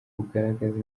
bugaragaza